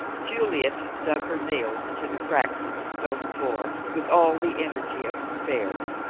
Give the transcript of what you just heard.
juliet dug her nails into the cracks of the stone floor with all the energy of despair,